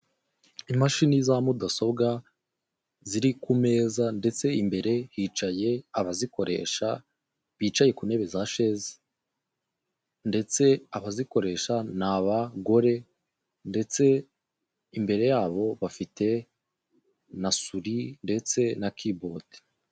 Imashini za mudasobwa, ziri ku meza, ndetse imbere hicaye abazikoresha, bicaye ku ntebe za sheze, ndetse abazikoresha ni abagore, ndetse imbere yabo bafite na suri ndetse na keyboard.